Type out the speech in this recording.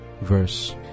verse